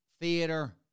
theater